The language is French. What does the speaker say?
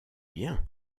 bien